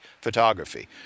photography